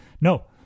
no